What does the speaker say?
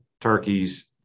turkeys